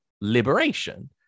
liberation